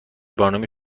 برنامه